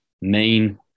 main